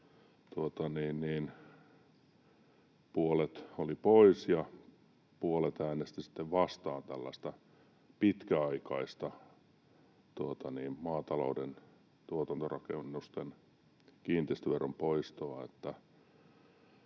puolet oli pois ja puolet äänesti sitten vastaan tällaista pitkäaikaista maatalouden tuotantorakennusten kiinteistöveron poistoa.